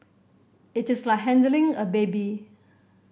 it is like handling a baby